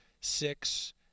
six